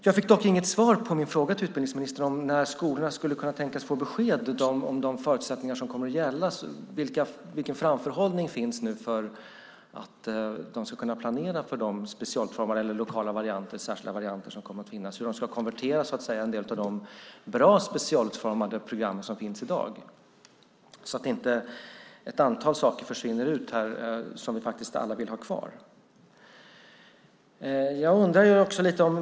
Jag fick dock inget svar på min fråga till utbildningsministern om när skolorna skulle kunna tänkas få besked om de förutsättningar som kommer att gälla och vilken framförhållning som finns nu för att de ska kunna planera för de specialutformade eller lokala, särskilda varianter som kommer att finnas och hur de ska konvertera en del av de bra specialutformade program som finns i dag så att inte ett antal som vi alla faktiskt vill ha kvar försvinner ut.